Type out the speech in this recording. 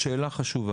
שאלה חשובה.